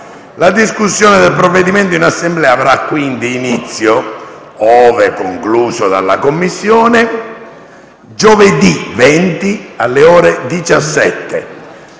La discussione del provvedimento in Assemblea avrà quindi inizio, ove concluso dalla Commissione, giovedì 20, alle ore 17,